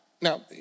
now